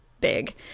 big